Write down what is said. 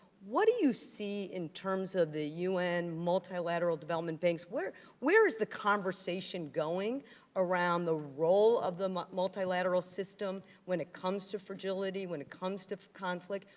what do you see in terms of the un multilateral development banks? where where is the conversation going around the role of the multilateral system when it comes to fragility, when it comes to conflict?